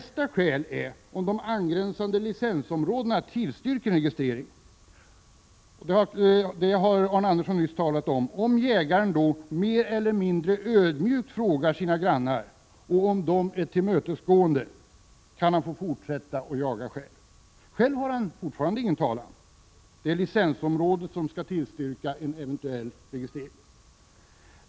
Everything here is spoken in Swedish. Det andra skälet är om angränsande licensområde tillstyrker en registrering. Om jägaren, som Arne Andersson i Ljung beskrev det, mer eller mindre ödmjukt frågar sina grannar och om dessa är tillmötesgående, då kan han få fortsätta att jaga. Själv har han fortfarande ingen talan. Det är licensområdet som skall tillstyrka en eventuell registrering.